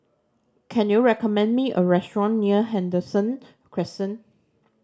can you recommend me a restaurant near Henderson Crescent